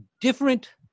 different